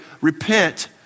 repent